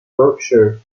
berkshire